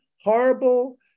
horrible